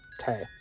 Okay